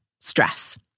stress